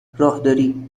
راهداری